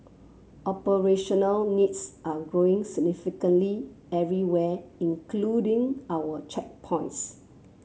operational needs are growing significantly everywhere including our checkpoints